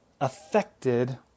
affected